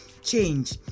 Change